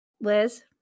Liz